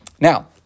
Now